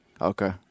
Okay